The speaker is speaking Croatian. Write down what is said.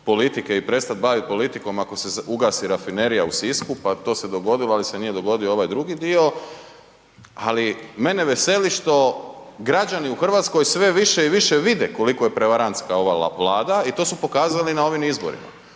i prestat bavit politikom ako se ugasi rafinerija u Sisku, pa to se dogodilo, ali se nije dogodio ovaj drugi dio, ali mene veseli što građani u Hrvatskoj sve više i više vide koliko je prevarantske ova Vlada i to su pokazali na ovim izborima.